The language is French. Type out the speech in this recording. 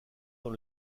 dans